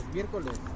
Miércoles